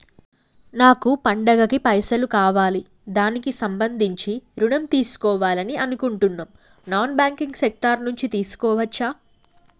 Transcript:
నాకు పండగ కి పైసలు కావాలి దానికి సంబంధించి ఋణం తీసుకోవాలని అనుకుంటున్నం నాన్ బ్యాంకింగ్ సెక్టార్ నుంచి తీసుకోవచ్చా?